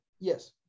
Yes